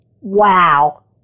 Wow